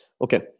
Okay